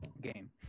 game